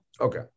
okay